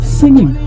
singing